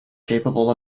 capable